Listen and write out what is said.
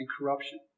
Corruption